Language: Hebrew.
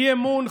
אי-אמון,